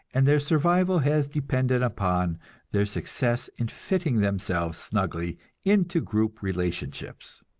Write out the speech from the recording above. and their survival has depended upon their success in fitting themselves snugly into group relationships.